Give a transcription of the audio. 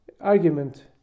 argument